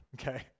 okay